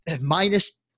minus